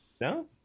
No